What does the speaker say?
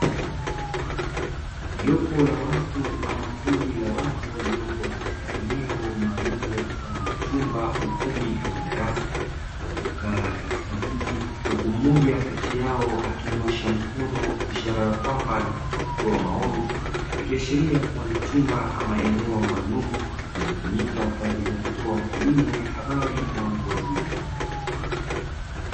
Jopo la watu ama kundi la watu waliopo katika eneo maalumu mfano wa chumba, ukumbi ama darasa. Waliokaa katika viti, huku mmoja kati yao akinyoosha mkono ishara ya kwamba anataka kutoa maoni. Ikishiria kuwa ni chumba ama eneo maalumu linalotumika kutoa elimu ya habari na watu wazima.